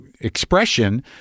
expression